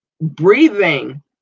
breathing